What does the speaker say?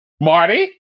Marty